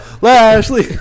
Lashley